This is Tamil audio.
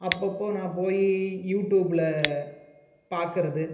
அப்போப்போ நான் போய் யூடூப்பில் பார்க்குறது